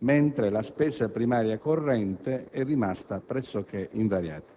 mentre la spesa primaria corrente è rimasta pressoché invariata.